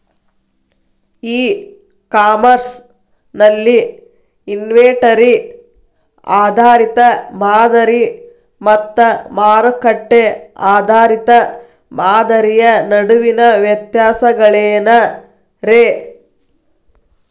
E commerce ನಲ್ಲಿ inventory ಆಧಾರಿತ ಮಾದರಿ ಮತ್ತ ಮಾರುಕಟ್ಟೆ ಆಧಾರಿತ ಮಾದರಿಯ ನಡುವಿನ ವ್ಯತ್ಯಾಸಗಳೇನ ರೇ?